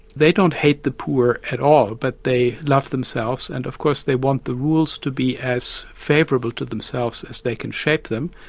they don't hate the poor at all, but they love themselves and of course they want the rules to be as favourable to themselves as they can shape them,